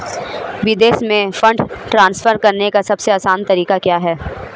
विदेश में fund transfer करने का सबसे आसान तरीका क्या है?